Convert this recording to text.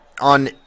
on